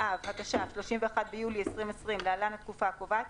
באב התש"ף (31 ביולי 2020) (להלן התקופה הקובעת),